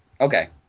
Okay